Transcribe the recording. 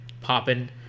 popping